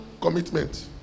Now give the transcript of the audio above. commitment